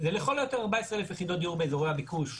זה לכל היותר 14,000 יחידות דיור באזורי הביקוש,